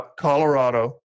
Colorado